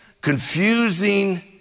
confusing